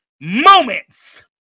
moments